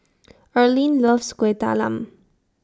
Arlyne loves Kueh Talam